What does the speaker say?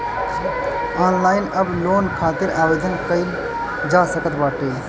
online अब loan खातिर आवेदन कईल जा सकत बाटे